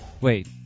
Wait